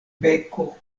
beko